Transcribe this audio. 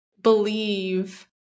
believe